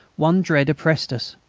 one dread oppressed us,